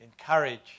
encourage